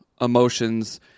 emotions